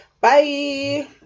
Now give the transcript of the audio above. Bye